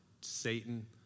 Satan